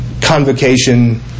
Convocation